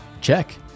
Check